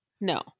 no